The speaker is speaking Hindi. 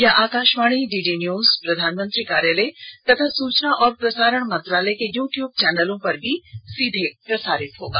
यह आकाशवाणी डीडी न्यूज प्रधानमंत्री कार्यालय तथा सूचना और प्रसारण मंत्रालय के यूट्यूब चैनलों पर भी सीधे प्रसारित होगा